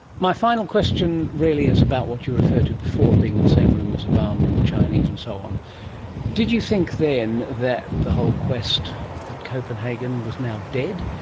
my final question really is about what you referred to before, being in the same room as obama and the chinese and so on did you think then that the whole quest at copenhagen was now dead,